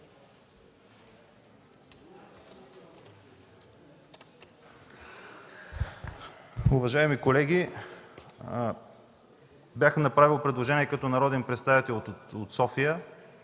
Уважаеми колеги, бях направил предложение като народен представител от София.